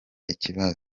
ikibazo